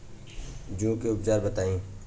जूं के उपचार बताई?